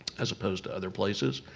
as opposed to other places.